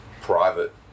private